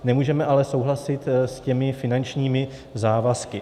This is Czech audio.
Nemůžeme ale souhlasit s finančními závazky.